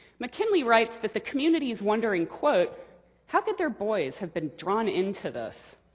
mckinley writes that the community is wondering, how could their boys have been drawn into this?